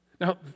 Now